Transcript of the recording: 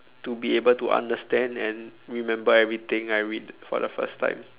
to be able to understand and remember everything I read for the first time